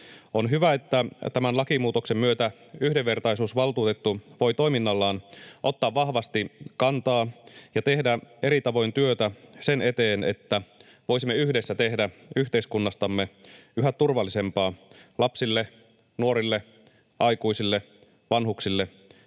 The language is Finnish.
On hyvä, että tämän lakimuutoksen myötä yhdenvertaisuusvaltuutettu voi toiminnallaan ottaa vahvasti kantaa ja tehdä eri tavoin työtä sen eteen, että voisimme yhdessä tehdä yhteiskunnastamme yhä turvallisempaa lapsille, nuorille, aikuisille, vanhuksille —